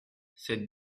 cette